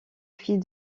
fils